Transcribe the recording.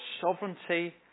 sovereignty